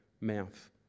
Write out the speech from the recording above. mouth